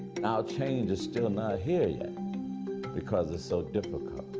and our change is still not here yet because it's so difficult.